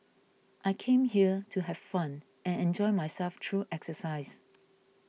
I came here to have fun and enjoy myself through exercise